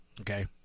Okay